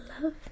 love